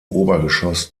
obergeschoss